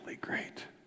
great